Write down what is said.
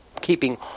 keeping